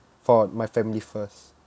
for my family first